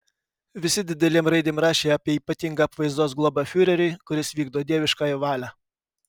visi didelėm raidėm rašė apie ypatingą apvaizdos globą fiureriui kuris vykdo dieviškąją valią